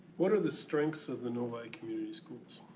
what are the strengths of the novi community schools?